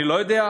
אני לא יודע,